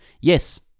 Yes